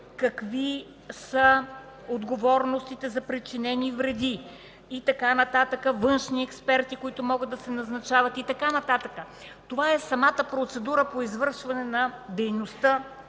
какви са отговорностите за причинени вреди и така нататък, външни експерти, които могат да се назначават и така нататък. Това е самата процедура по извършване на дейността